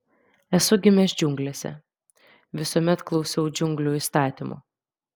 esu gimęs džiunglėse visuomet klausiau džiunglių įstatymų